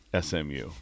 SMU